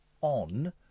on